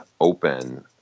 open